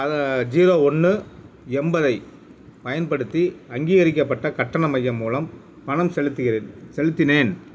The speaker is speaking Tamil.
ஜீரோ ஒன்று எண்பதைப் பயன்படுத்தி அங்கீகரிக்கப்பட்ட கட்டண மையம் மூலம் பணம் செலுத்துகின்றேன் செலுத்தினேன்